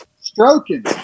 Stroking